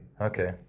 Okay